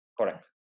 Correct